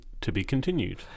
to-be-continued